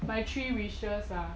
my three wishes ah